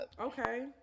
okay